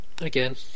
again